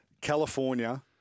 California